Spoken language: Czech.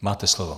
Máte slovo.